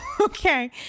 Okay